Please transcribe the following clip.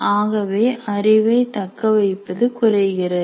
ஆகவே அறிவை தக்கவைப்பது குறைகிறது